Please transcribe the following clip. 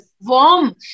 Warm